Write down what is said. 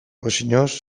kohesioz